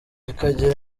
bikagira